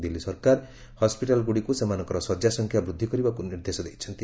ଦିଲ୍ଲୀ ସରକାର ହସ୍କିଟାଲ୍ ଗୁଡ଼ିକୁ ସେମାନଙ୍କର ଶଯ୍ୟା ସଂଖ୍ୟା ବୃଦ୍ଧି କରିବାକୁ ନିର୍ଦ୍ଦେଶ ଦେଇଛନ୍ତି